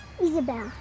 Isabel